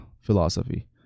philosophy